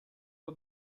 for